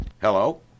Hello